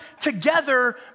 together